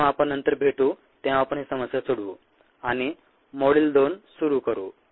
जेव्हा आपण नंतर भेटू तेव्हा आपण ही समस्या सोडवू आणि मॉड्यूल 2 सुरू करू